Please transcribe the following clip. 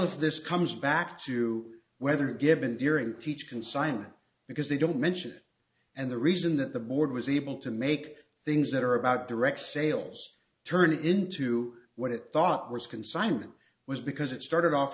of this comes back to whether given during teach consignment because they don't mention and the reason that the board was able to make things that are about direct sales turn into what it thought was consignment was because it started off